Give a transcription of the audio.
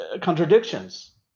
contradictions